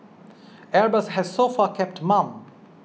Airbus has so far kept mum